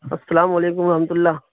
السلام علیکم و رحمتہ اللہ